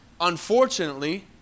unfortunately